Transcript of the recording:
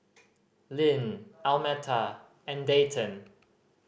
Lynne Almeta and Dayton